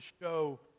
show